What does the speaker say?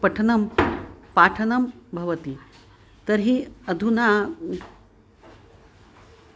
पठनं पाठनं भवति तर्हि अधुना